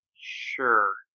Sure